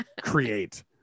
create